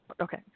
okay